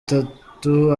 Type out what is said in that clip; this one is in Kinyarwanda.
itatu